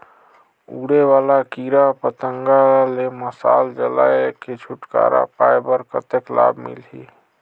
उड़े वाला कीरा पतंगा ले मशाल जलाय के छुटकारा पाय बर कतेक लाभ मिलही?